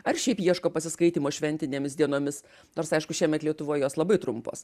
ar šiaip ieško pasiskaitymo šventinėmis dienomis nors aišku šiemet lietuvoj jos labai trumpos